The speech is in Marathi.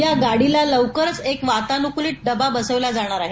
या गाडीला लवकरच एक वातानुकूलीत डबा बसविला जाणार आहे